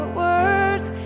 words